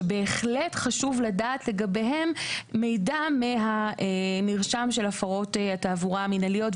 שבהחלט חשוב לדעת לגביהם מרשם של הפרות התעבורה המינהליות.